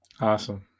Awesome